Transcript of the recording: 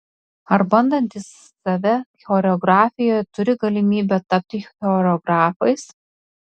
ar bandantys save choreografijoje turi galimybę tapti choreografais